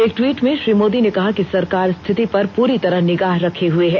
एक ट्वीट में श्री मोदी ने कहा कि सरकार स्थिति पर पूरी तरह निगाह रखे हुए है